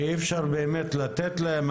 שאי אפשר באמת לתת להם.